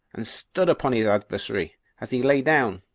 and stood upon his adversary as he lay down,